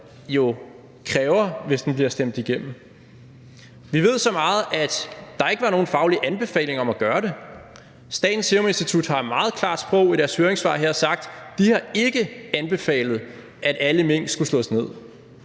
jo kræver, hvis den bliver stemt igennem. Vi ved så meget, at der ikke var nogen faglig anbefaling om at gøre det. Statens Serum Institut har i meget klart sprog i deres høringssvar her sagt, at de ikke har anbefalet, at alle mink skulle slås ned.